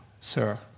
sir